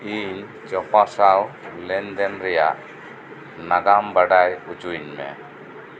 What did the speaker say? ᱤᱧ ᱪᱚᱯᱟ ᱥᱟᱶ ᱞᱮᱱᱫᱮᱱ ᱨᱮᱭᱟᱜ ᱱᱟᱜᱟᱢ ᱵᱟᱰᱟᱭ ᱚᱪᱚᱭᱤᱧ ᱢᱮ